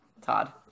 Todd